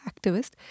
activist